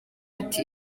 ati